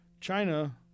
China